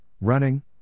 running